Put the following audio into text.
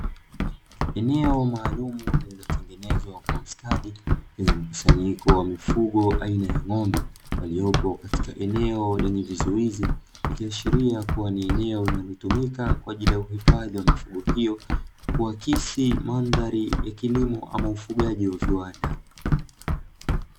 Eneo maalumu lililotengenezwa kwa ustadi lenye mkusanyiko wa mifugo aina ya ng'ombe waliopo katika eneo lenye vizuizi ikiashiria kuwa ni eneo linalotumika kwa ajili ya kuhifadhi mifugo hiyo kuakisi mandhari ya kilimo ama ufugaji wa viwanda.